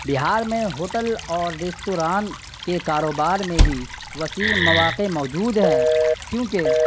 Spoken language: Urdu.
بہار میں ہوٹل اور ریستوران کے کاروبار میں بھی وسیع مواقع موجود ہیں کیوںکہ